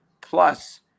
Plus